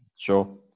Sure